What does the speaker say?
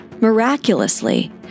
miraculously